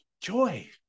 Joy